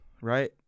right